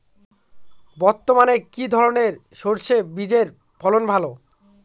বর্তমানে কি ধরনের সরষে বীজের ফলন ভালো?